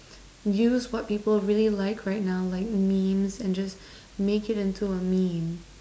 use what people really like right now like memes and just make it into a meme